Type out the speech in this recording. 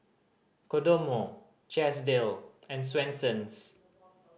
Kodomo Chesdale and Swensens